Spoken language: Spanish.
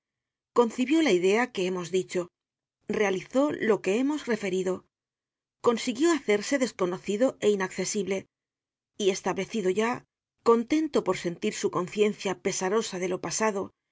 concibió la idea que hemos dicho realizó lo que hemos referido consiguió hacerse desconocido é inaccesible y es i tablecido ya contento por sentir su consiencia pesarosa de lo pasado